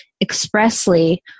expressly